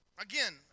again